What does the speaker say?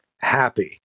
happy